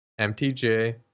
MTJ